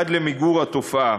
עד למיגור התופעה.